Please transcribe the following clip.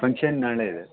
function ನಾಳೆ ಇದೆ